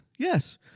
Yes